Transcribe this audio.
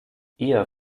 eher